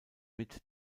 mit